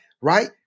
right